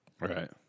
Right